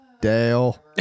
Dale